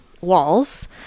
walls